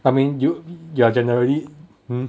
I mean you you are generally hmm